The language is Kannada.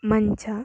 ಮಂಚ